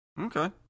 Okay